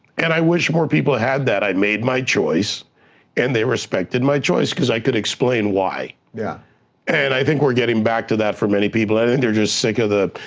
and i wish more people had that. i made my choice and they respected my choice, cause i could explain why, yeah and i think we're getting back to that for many people. i think and they're just sick of the,